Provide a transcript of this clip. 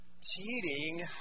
Cheating